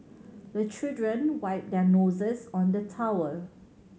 the children wipe their noses on the towel